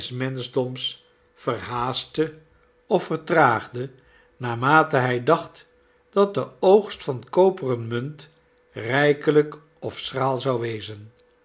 des menschdoms verhaastte of vertraagde naarmate hij dacht dat de oogst van koperen munt rijkelijk of schraal zou wezen